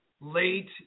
late